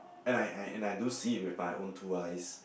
and I I and I do see it with my own two eyes